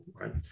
Right